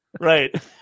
right